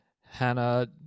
Hannah